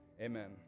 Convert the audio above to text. amen